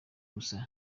gusa